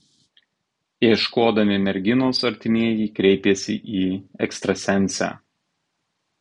ieškodami merginos artimieji kreipėsi į ekstrasensę